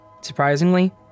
Surprisingly